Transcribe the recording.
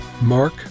Mark